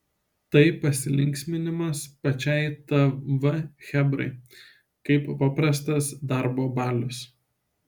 tai pasilinksminimas pačiai tv chebrai kaip paprastas darbo balius